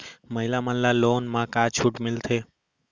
महिला मन ला लोन मा का छूट मिलथे?